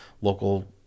local